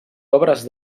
obres